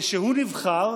וכשהוא נבחר,